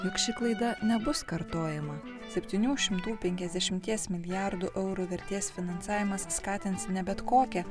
jog ši klaida nebus kartojama septynių šimtų penkiasdešimties milijardų eurų vertės finansavimas skatins ne bet kokią